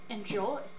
Enjoy